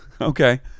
okay